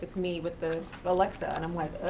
me with the alexa, and i'm like